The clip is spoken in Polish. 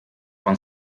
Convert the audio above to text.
pan